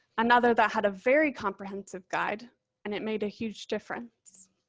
another that had a very comprehensive guide and it made a huge difference.